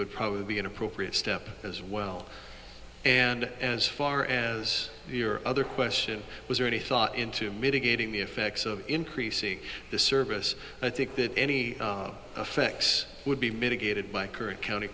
would probably be an appropriate step as well and as far as your other question was there any thought into mitigating the effects of increasing the service i think that any effects would be mitigated by current county